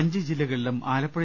അഞ്ച് ജില്ലകളിലും ആലപ്പുഴ